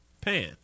Pan